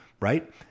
Right